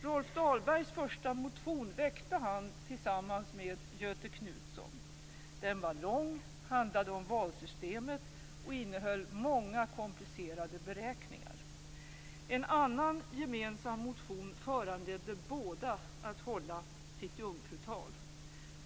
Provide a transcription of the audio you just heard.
Rolf Dahlbergs första motion väcktes tillsammans med Göthe Knutson. Den var lång, handlade om valsystemet och innehöll många komplicerade beräkningar. En annan gemensam motion föranledde båda att hålla sitt jungfrutal.